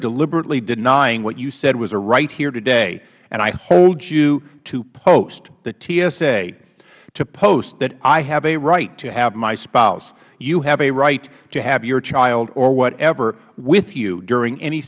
deliberately denying what you said was a right here today and i hold you to post the tsa to post that i have a right to have my spouse you have a right to have your child or whatever with you during any